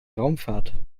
raumfahrt